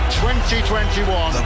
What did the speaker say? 2021